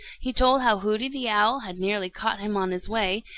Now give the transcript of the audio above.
he told how hooty the owl had nearly caught him on his way,